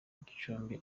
gicumbi